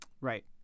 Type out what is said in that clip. Right